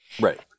Right